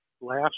last